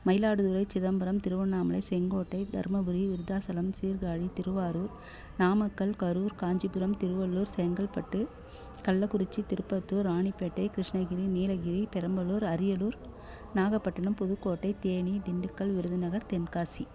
Mayiladuthurai Chidambaram Tiruvannamalai Sengottai Dharmapuri Virudhachalam Sirkazhi Tiruvarur Namakkal Karur Kanchipuram Tiruvallur Chengalpattu Kallakurichi Tirupattur Ranipet Krishnagiri Nilgiri Perambalur Ariyalur Nagapattinam Pudukkottai Theni Dindigul Virudhunagar Tenkasi